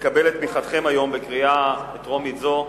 לקבל את תמיכתכם היום בקריאה טרומית זו,